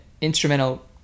instrumental